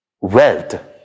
wealth